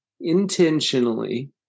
Intentionally